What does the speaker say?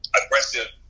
aggressive